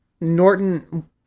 Norton